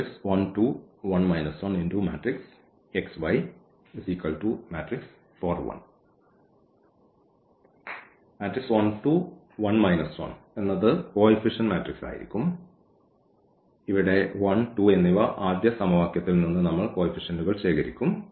ഇത് coefficient matrix ആയിരിക്കും ഇവിടെ 1 2 എന്നിവ ആദ്യ സമവാക്യത്തിൽ നിന്ന് നമ്മൾ കോയിഫിഷെന്റുകൾ ശേഖരിക്കും